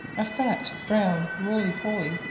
a fat brown roly-poly,